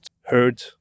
heard